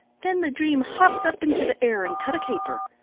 then the dream hopped up into the air and cut a caper.